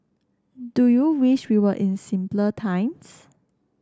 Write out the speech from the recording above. do you wish we were in simpler times